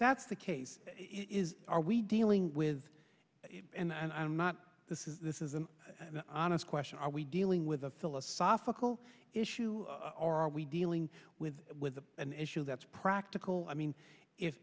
that's the case is are we dealing with and i'm not this is this is an honest question are we dealing with a philosophical issue are we dealing with an issue that's practical i mean if